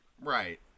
Right